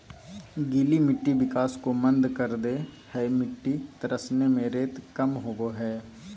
गीली मिट्टी विकास को मंद कर दे हइ मिटटी तरसने में रेत कम होबो हइ